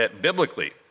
biblically